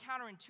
counterintuitive